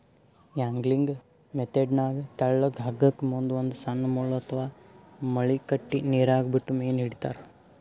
angling ಮೆಥೆಡ್ನಾಗ್ ತೆಳ್ಳಗ್ ಹಗ್ಗಕ್ಕ್ ಮುಂದ್ ಒಂದ್ ಸಣ್ಣ್ ಮುಳ್ಳ ಅಥವಾ ಮಳಿ ಕಟ್ಟಿ ನೀರಾಗ ಬಿಟ್ಟು ಮೀನ್ ಹಿಡಿತಾರ್